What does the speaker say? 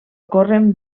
corren